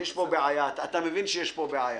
יש פה בעיה, אתה מבין שיש פה בעיה.